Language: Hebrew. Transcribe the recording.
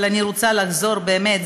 אבל אני רוצה לחזור באמת,